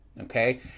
okay